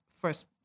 first